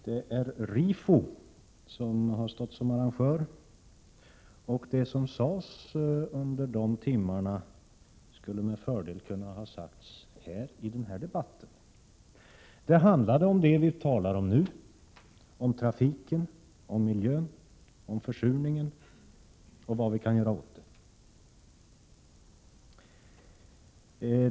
Det är Rifo som har stått som arrangör, och det som sades under de timmarna skulle med fördel ha kunnat sägas här, i den här debatten. Det handlade om det vi talar om nu, om trafiken, miljön, försurningen och vad vi kan göra åt detta.